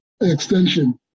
extension